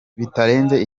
bitarenze